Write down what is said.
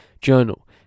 Journal